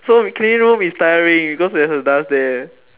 so cleaning room is tiring because there's dust there